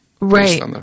Right